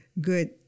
good